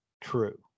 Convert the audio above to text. true